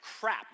crap